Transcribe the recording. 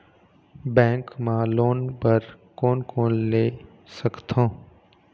Bank मा loan बर कोन कोन ले सकथों?